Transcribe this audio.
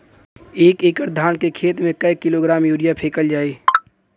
एक एकड़ धान के खेत में क किलोग्राम यूरिया फैकल जाई?